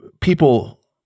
People